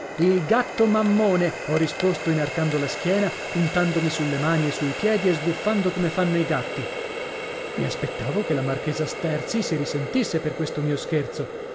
il gatto mammone ho risposto inarcando la schiena puntandomi sulle mani e sul piedi e sbuffando come fanno i gatti i aspettavo che la marchesa sterzi si risentisse per questo mio scherzo